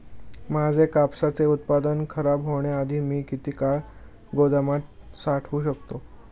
माझे कापसाचे उत्पादन खराब होण्याआधी मी किती काळ गोदामात साठवू शकतो?